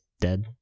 dead